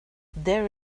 there